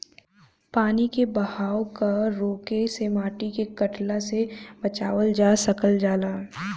पानी के बहाव क रोके से माटी के कटला से बचावल जा सकल जाला